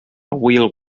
wheel